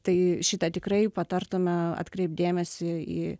tai šita tikrai patartume atkreipt dėmesį į